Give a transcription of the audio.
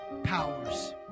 powers